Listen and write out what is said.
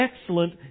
excellent